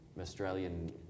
australian